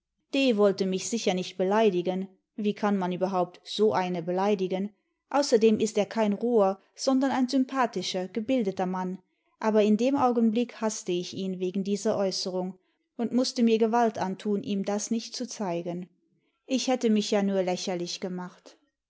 d wollte mich sicher nicht beleidigen wie kann man überhaupt so eine beleidigen außerdem ist er kein roher sondern ein sympathischer gebildeter mann aber in dem augenblick haßte ich ihn wegen dieser äußerung und mußte mir gewalt antun ihm das nicht zu zeigen ich hätte mich ja nur lächerlich gemacht